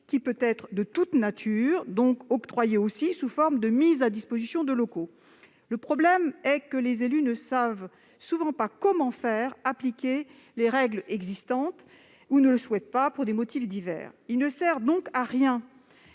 qui est donc susceptible d'être octroyée sous forme de mise à disposition de locaux. Le problème est que les élus ne savent souvent pas comment faire appliquer les règles existantes, ou ne le souhaitent pas pour des motifs divers. Il ne sert donc à rien